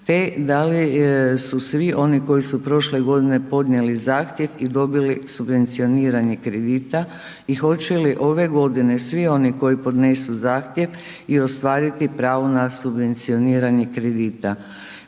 te da li su svi oni koji su prošle godine podnijeli zahtjev i dobili subvencioniranje kredita i hoće li ove godine svi oni koji podnesu zahtjev i ostvariti pravo na subvencioniranje kredita?